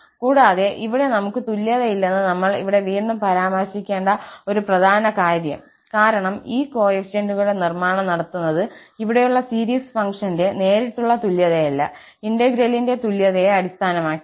കൂടാതെ ഇവിടെ നമുക്ക് തുല്യതയില്ലെന്ന് നമ്മൾ ഇവിടെ വീണ്ടും പരാമർശിക്കേണ്ട ഒരു പ്രധാന കാര്യം കാരണം ഈ കോഎഫിഷ്യന്റുകളുടെ നിർമ്മാണം നടത്തുന്നത് ഇവിടെയുള്ള സീരീസ് ഫങ്ക്ഷന്റെ നേരിട്ടുള്ള തുല്യതയല്ല ഇന്റെഗ്രേലിന്റെ തുല്യതയെ അടിസ്ഥാനമാക്കിയാണ്